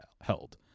held